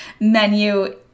menu